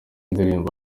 ndirimbo